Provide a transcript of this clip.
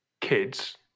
kids